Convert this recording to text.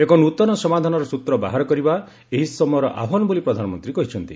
ଏକ ନ୍ନତନ ସମାଧାନର ସୂତ୍ର ବାହାର କରିବା ଏହି ସମୟର ଆହ୍ୱାନ ବୋଲି ପ୍ରଧାନମନ୍ତ୍ରୀ କହିଛନ୍ତି